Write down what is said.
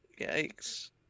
Yikes